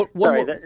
Sorry